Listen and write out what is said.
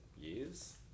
Years